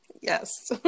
Yes